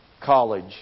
College